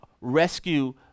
rescue